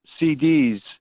CDs